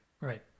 right